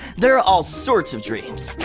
there are all sorts of dreams.